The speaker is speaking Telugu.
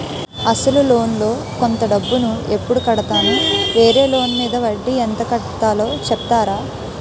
అసలు లోన్ లో కొంత డబ్బు ను ఎప్పుడు కడతాను? వేరే లోన్ మీద వడ్డీ ఎంత కట్తలో చెప్తారా?